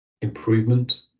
improvement